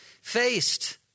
faced